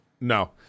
No